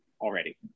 already